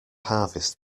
harvest